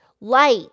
light